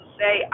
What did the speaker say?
say